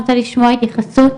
אני רוצה לשמוע התייחסות